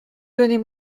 donnez